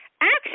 Action